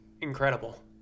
incredible